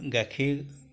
গাখীৰ